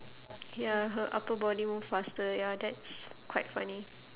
ya her upper body move faster ya that's quite funny